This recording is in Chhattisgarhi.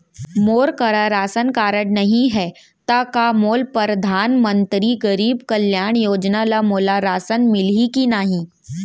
मोर करा राशन कारड नहीं है त का मोल परधानमंतरी गरीब कल्याण योजना ल मोला राशन मिलही कि नहीं?